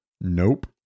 Nope